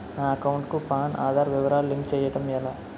నా అకౌంట్ కు పాన్, ఆధార్ వివరాలు లింక్ చేయటం ఎలా?